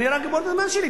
אני רק אגמור את הזמן שלי.